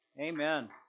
Amen